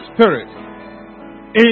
Spirit